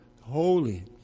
holy